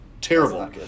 Terrible